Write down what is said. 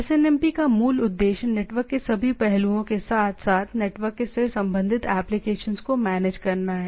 SNMP का मूल उद्देश्य नेटवर्क के सभी पहलुओं के साथ साथ नेटवर्क से संबंधित एप्लीकेशंस को मैनेज करना है